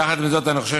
יחד עם זאת, אני חושב